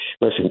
Listen